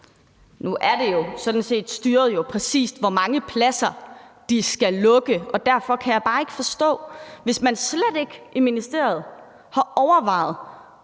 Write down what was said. Nu er det jo sådan set styret, præcis hvor mange pladser de skal lukke, og derfor kan jeg bare ikke forstå det, hvis man i ministeriet slet ikke har overvejet,